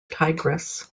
tigris